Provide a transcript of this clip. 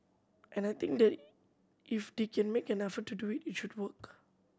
and I think that if they can make an effort to do it it should work